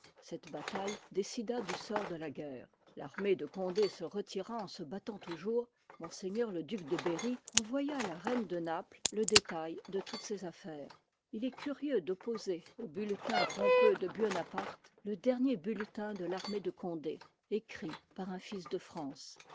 cette bataille décida du sort de la guerre l'armée de condé se retira en se battant toujours ms le duc de berry envoya à la reine de naples le détail de toutes ces affaires il est curieux d'opposer aux bulletins pompeux i part de buonaparte le dernier bulletin de tailiv ii mée de condé écrit par un fils de france